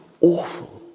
awful